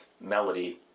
melody